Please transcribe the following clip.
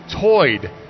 toyed